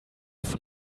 von